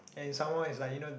and some more it's like you know